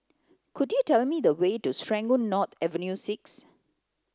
could you tell me the way to Serangoon North Avenue six